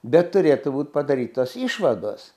bet turėtų būt padarytos išvados